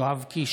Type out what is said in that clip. יואב קיש,